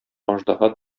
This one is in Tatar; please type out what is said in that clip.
аждаһа